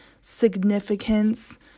Significance